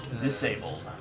disabled